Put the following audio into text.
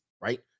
right